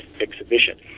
exhibition